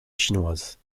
chinoise